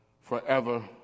forever